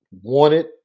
wanted